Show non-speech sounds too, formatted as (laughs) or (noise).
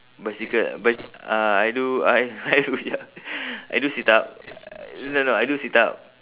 bicycle bic~ uh I do I I do ya (laughs) I do sit-up uh no no I do sit-up